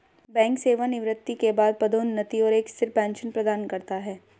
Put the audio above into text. bank सेवानिवृत्ति के बाद पदोन्नति और एक स्थिर पेंशन प्रदान करता है